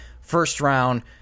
first-round